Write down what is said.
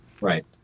right